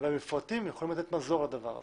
המפרטים יכולים לתת מזור לדבר הזה.